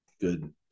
Good